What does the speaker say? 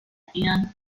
ann